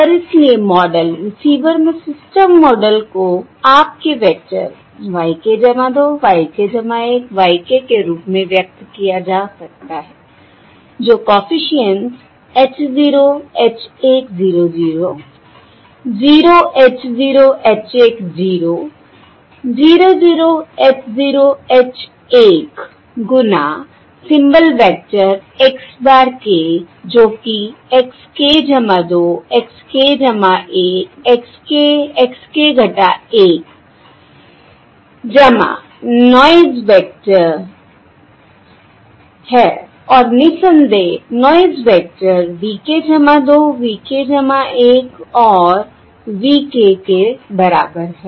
और इसलिए model receiver में सिस्टम मॉडल को आपके vector y k 2 y k 1 y के रूप में व्यक्त किया जा सकता है जो coefficients h h 0 0 0 h h 0 0 0 h h गुना symbol vector x bar k जो कि xk 2 x k 1 x x noise vector है और निसंदेह noise vector v k 2 v k 1 और v k के बराबर है